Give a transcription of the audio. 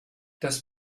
das